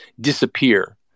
disappear